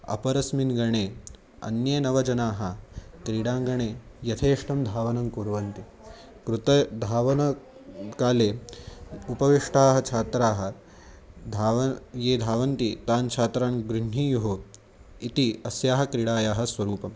अपरस्मिन् गणे अन्ये नवजनाः क्रीडाङ्गणे यथेष्टं धावनं कुर्वन्ति कृते धावनकाले उपविष्टाः छात्राः धावन् ये धावन्ति तान् छात्रान् गृह्णीयुः इति अस्याः क्रीडायाः स्वरूपम्